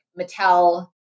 Mattel